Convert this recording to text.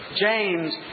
James